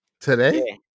Today